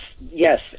yes